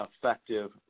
effective